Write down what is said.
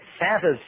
Santa's